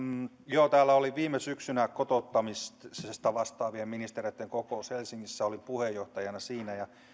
täällä oli viime syksynä kotouttamisesta vastaavien ministereitten kokous helsingissä olin puheenjohtajana siinä